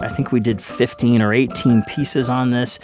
i think we did fifteen or eighteen pieces on this.